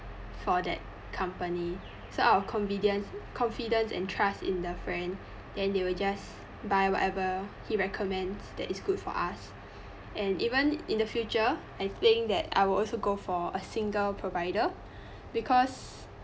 for that company so out of confidence and trust in the friend then they will just buy whatever he recommends that is good for us and even in the future I think that I will also go for a single provider because